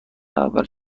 اول